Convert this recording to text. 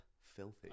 Filthy